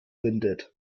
windet